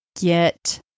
get